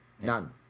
None